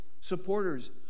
supporters